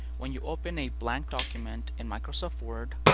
when you open a blank document in microsoft word,